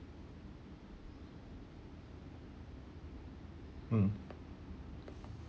mm